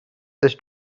this